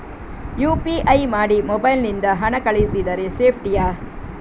UPI ಮಾಡಿ mobile ನಿಂದ ಹಣ ಕಳಿಸಿದರೆ ಸೇಪ್ಟಿಯಾ?